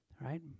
right